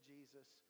Jesus